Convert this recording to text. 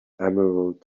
emerald